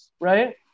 right